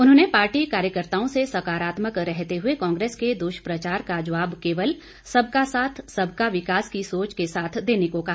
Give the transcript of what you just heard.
उन्होंने पार्टी कार्यकर्ताओं से सकारात्मक रहते हुए कांग्रेस के द्ष्प्रचार का जबाव केवल सब का साथ सबका विकास की सोच के साथ देने को कहा